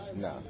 No